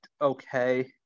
okay